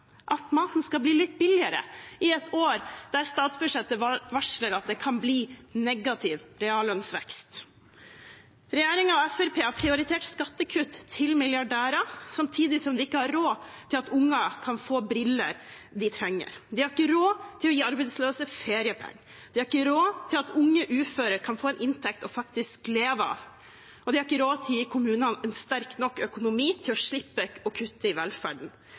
at maten skal bli litt billigere i et år der statsbudsjettet varsler at det kan bli negativ reallønnsvekst. Regjeringen og Fremskrittspartiet har prioritert skattekutt til milliardærer samtidig som de ikke har råd til at unger kan få briller de trenger, de har ikke råd til å gi arbeidsløse feriepenger, de har ikke råd til at unge uføre kan få en inntekt å leve av, og de har ikke råd til å gi kommunene en sterk nok økonomi til å slippe å kutte i velferden.